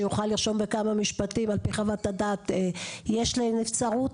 שיוכל לרשום בכמה משפטים על פי חוות הדעת יש לנבצרות?